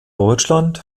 deutschland